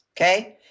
Okay